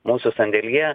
mūsų sandėlyje